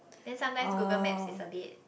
then sometimes Google-Map is a bit